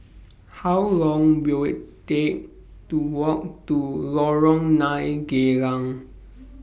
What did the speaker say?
How Long Will IT Take to Walk to Lorong nine Geylang